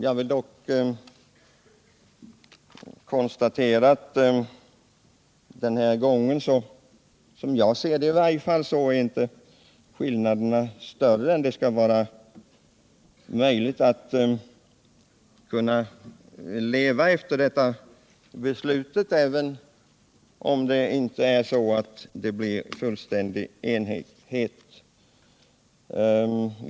Som jag ser det är dock skillnaderna den här gången inte större än att det skall vara möjligt att leva efter detta beslut, även om vi inte kan uppnå fullständig enighet.